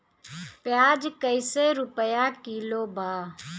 प्याज कइसे रुपया किलो बा?